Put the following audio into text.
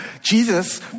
Jesus